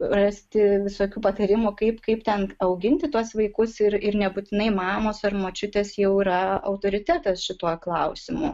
rasti visokių patarimų kaip kaip ten auginti tuos vaikus ir ir nebūtinai mamos ar močiutės jau yra autoritetas šituo klausimu